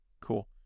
cool